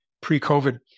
pre-COVID